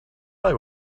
eye